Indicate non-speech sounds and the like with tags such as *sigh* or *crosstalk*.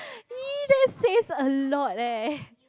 *breath* !ee! that says a lot eh